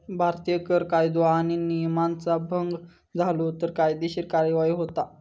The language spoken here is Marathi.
भारतीत कर कायदो आणि नियमांचा भंग झालो तर कायदेशीर कार्यवाही होता